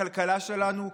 לכלכלה שלנו,